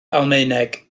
almaeneg